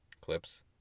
clips